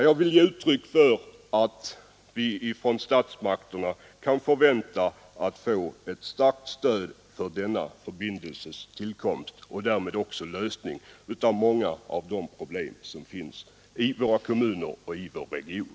Jag vill ge uttryck för den förväntningen att vi från statsmakterna skall få ett starkt stöd för tillkomsten av denna förbindelse och därmed också för en lösning på många av problemen för våra kommuner och för vår region.